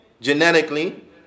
genetically